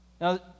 Now